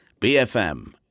BFM